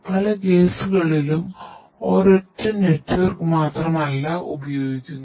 പല കേസുകളിലും ഒരൊറ്റ നെറ്റ്വർക്ക് മാത്രമല്ല ഉപയോഗിക്കുന്നത്